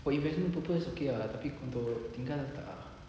for investment purpose okay ah tapi untuk tinggal tak ah